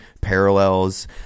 parallels